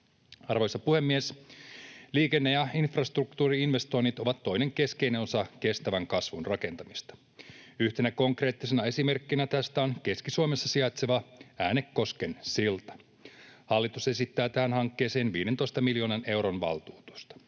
Arvoisa puhemies! Liikenne- ja infrastruktuuri-investoinnit ovat toinen keskeinen osa kestävän kasvun rakentamista. Yhtenä konkreettisena esimerkkinä tästä on Keski-Suomessa sijaitseva Äänekosken silta. Hallitus esittää tähän hankkeeseen 15 miljoonan euron valtuutusta.